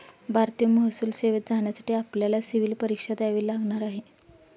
भारतीय महसूल सेवेत जाण्यासाठी आपल्याला सिव्हील परीक्षा द्यावी लागणार आहे